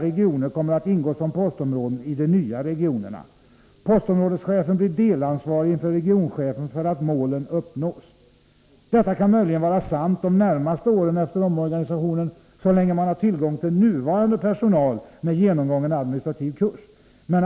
regioner, kommer att ingå som postområden i de nya regionerna. Postområdeschefen blir delansvarig inför regionchefen för att målen uppnås.” Detta kan möjligen vara sant de närmaste åren efter omorganisationen, så länge man har tillgång till nuvarande personal med genomgången administrativ kurs.